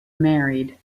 married